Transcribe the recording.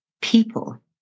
people